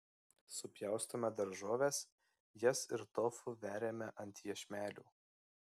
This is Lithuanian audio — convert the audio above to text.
supjaustome daržoves jas ir tofu veriame ant iešmelių